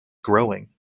growing